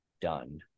done